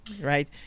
Right